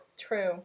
True